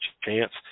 chance